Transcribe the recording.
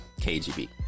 KGB